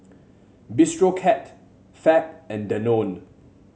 Bistro Cat Fab and Danone